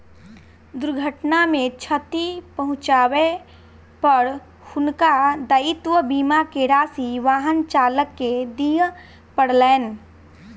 दुर्घटना मे क्षति पहुँचाबै पर हुनका दायित्व बीमा के राशि वाहन चालक के दिअ पड़लैन